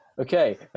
Okay